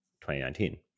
2019